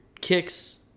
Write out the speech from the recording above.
kicks